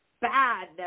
bad